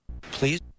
please